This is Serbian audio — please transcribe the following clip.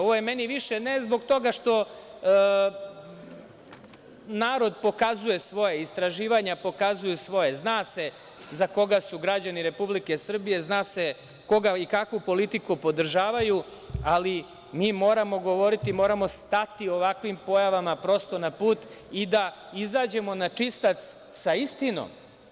Ovo je meni više, ne zbog toga što narod pokazuje svoje, istraživanja pokazuju svoje, zna se za koga su građani Republike Srbije, zna se koga i kakvu politiku podržavaju, ali mi moramo govoriti, moramo stati ovakvim pojavama prosto na put, i da izađemo na čistac sa istinom.